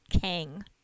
Kang